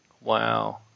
Wow